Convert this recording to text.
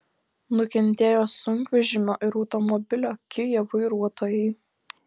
nukentėjo sunkvežimio ir automobilio kia vairuotojai